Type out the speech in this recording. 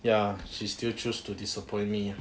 ya she's still choose to disappoint me